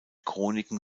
chroniken